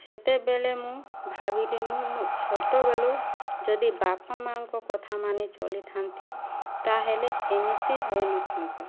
ସେତେବେଳେ ମୁଁ ଭାବିଲି ମୁଁ ଛୋଟବେଳୁ ଯଦି ବାପା ମାଆଙ୍କ କଥା ମାନି ଚଳିଥାନ୍ତି ତାହେଲେ ଏମିତି ହୋଇନଥାନ୍ତା